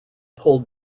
pulled